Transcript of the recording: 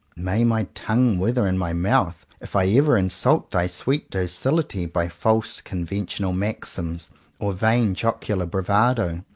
may my tongue wither in my mouth if i ever insult thy sweet docility by false conventional maxims or vain jocular bravado.